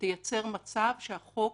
תייצר מצב שהחוק